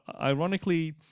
ironically